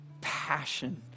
passion